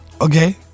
Okay